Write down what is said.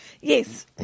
yes